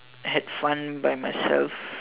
had fun by myself